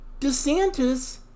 DeSantis